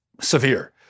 severe